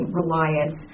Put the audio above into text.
reliance